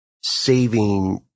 saving